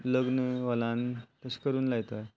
लग्न हॉलान तशें करून लायता